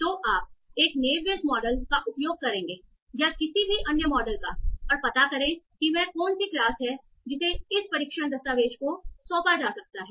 तो आप एक navie Bayes मॉडल का उपयोग करेंगे या किसी भी अन्य मॉडल का और पता करें कि वह कौन सी क्लास है जिसे इस परीक्षण दस्तावेज़ को सौंपा जा सकता है